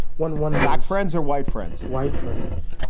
one one. black friends are white friends, white friends.